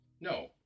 No